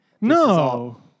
No